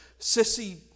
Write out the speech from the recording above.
sissy